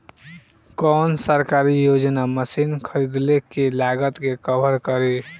कौन सरकारी योजना मशीन खरीदले के लागत के कवर करीं?